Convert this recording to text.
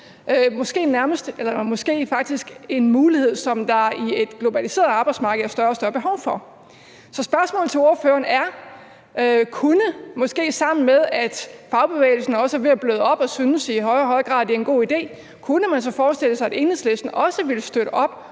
måske en mulighed, som der i et globaliseret arbejdsmarked er større og større behov for. Så spørgsmålet til ordføreren er: Nu hvor fagbevægelsen også er ved at bløde op og i højere og højere grad synes, at det er en god idé, kunne man så forestille sig, at Enhedslisten også ville støtte op